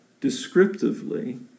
descriptively